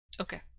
Okay